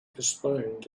postponed